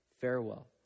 Farewell